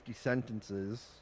sentences